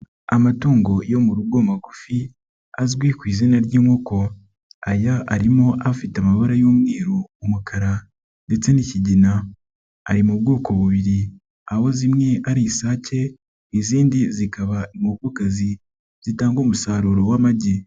Amatungo yo mu rugo magufi azwi ku izina ry'inkoko, aya arimo afite amabara y'umweru, umukara ndetse n'ikigina, ari mu bwoko bubiri aho zimwe ari isake izindi zibaka inkokokazi zitanga umusaruro w'amagi.